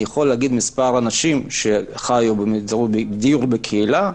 אוכל לומר מספר אנשים שחיו בדיור בקהילה.